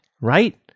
Right